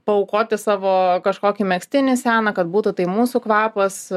paaukoti savo kažkokį megztinį seną kad būtų tai mūsų kvapas